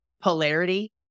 polarity